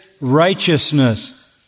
righteousness